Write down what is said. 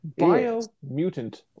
BioMutant